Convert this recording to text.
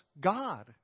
God